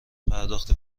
پرداخت